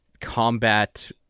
combat